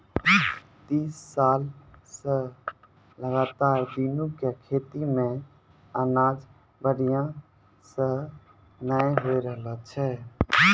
तीस साल स लगातार दीनू के खेतो मॅ अनाज बढ़िया स नय होय रहॅलो छै